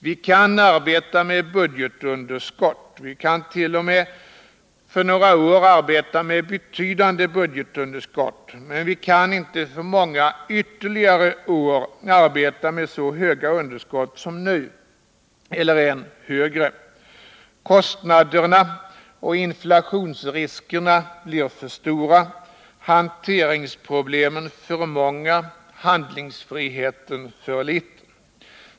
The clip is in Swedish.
Vi kan arbeta med ett budgetunderskott, vi kan t.o.m. för några år arbeta med ett betydande budgetunderskott, men vi kan inte ytterligare många år arbeta med så stora underskott som nu. Kostnaderna och inflationsriskerna blir för stora, hanteringsproblemen för många, handlingsfriheten för liten.